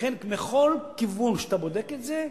לכן, מכל כיוון שאתה בודק את זה,